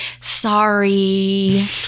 sorry